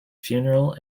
funeral